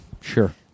Sure